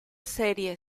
serie